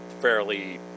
fairly